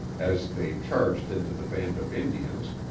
as they charged into the band of indians,